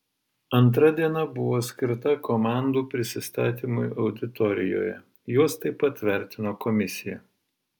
antra diena buvo skirta komandų prisistatymui auditorijoje juos taip pat vertino komisija